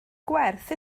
gwerth